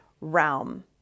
realm